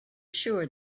sure